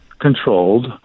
controlled